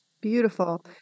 Beautiful